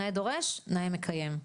נאה דורש - נאה מקיים.